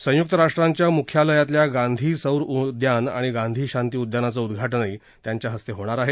संय्क्त राष्ट्र मुख्यालयातल्या गांधी सौर उदयान आणि गांधी शांती उद्यानाचं उद्धाटनही मोदी यांच्या हस्ते होणार आहे